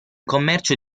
commercio